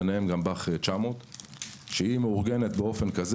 ביניהם גם ב"אח 900. המשאית מאורגנת באופן כזה